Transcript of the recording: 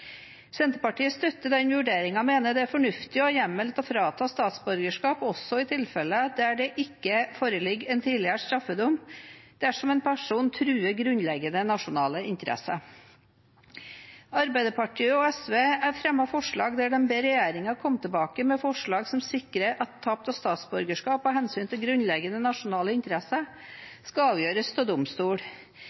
Senterpartiet støtter den vurderingen og mener det er fornuftig å ha hjemmel til å frata statsborgerskap også i tilfeller der det ikke foreligger en tidligere straffedom, dersom en person truer grunnleggende nasjonale interesser. Arbeiderpartiet og SV har fremmet et forslag der de ber regjeringen komme tilbake med forslag som sikrer at tap av statsborgerskap av hensyn til grunnleggende nasjonale interesser skal avgjøres av